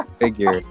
figure